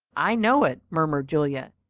i know it, murmured julia,